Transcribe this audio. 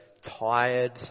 tired